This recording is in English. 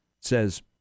says